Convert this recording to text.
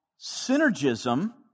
Synergism